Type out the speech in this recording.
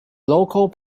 local